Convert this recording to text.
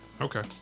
okay